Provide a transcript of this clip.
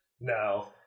No